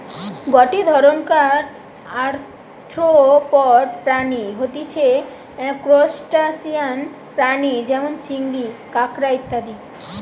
গটে ধরণকার আর্থ্রোপড প্রাণী হতিছে ত্রুসটাসিয়ান প্রাণী যেমন চিংড়ি, কাঁকড়া ইত্যাদি